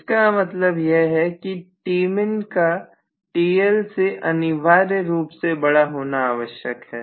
इसका मतलब यह है कि Tmin का TL से अनिवार्य रूप में बड़ा होना आवश्यक है